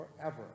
forever